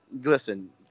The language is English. Listen